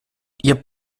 ihr